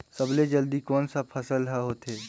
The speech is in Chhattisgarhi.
सबले जल्दी कोन सा फसल ह होथे?